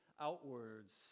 outwards